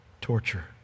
torture